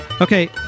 Okay